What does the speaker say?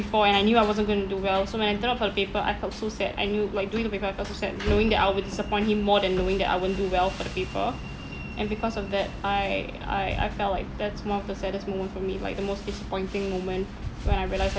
before and I knew I wasn't going to do well so when I turned out for the paper I felt so sad I knew like during the paper I felt so sad knowing that I would disappoint him more than knowing that I won't do well for the paper and because of that I I I felt like that's one of the saddest moment for me like the most disappointing moment when I realised I